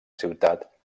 ciutat